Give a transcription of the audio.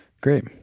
Great